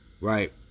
right